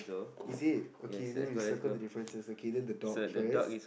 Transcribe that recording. is it okay then we circle the differences okay then the dog first